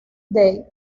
day